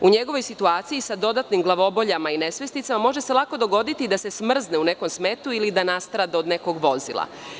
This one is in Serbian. U njegovoj situaciji, sa dodatnim glavoboljama i nesvesticama, može se lako dogoditi da se smrzne u nekom smetu ili da nastrada od nekog vozila.